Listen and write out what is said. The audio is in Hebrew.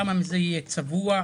כמה מזה יהיה צבוע,